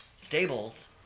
stables